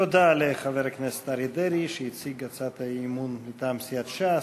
תודה לחבר הכנסת אריה דרעי שהציג את הצעת האי-אמון מטעם סיעת ש"ס.